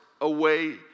away